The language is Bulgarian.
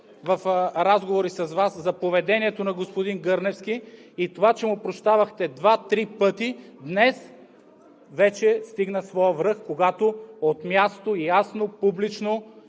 в разговори с Вас, за поведението на господин Гърневски. И това, че му прощавахте два-три пъти, днес стигна вече своя връх, когато от място ясно, публично